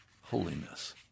holiness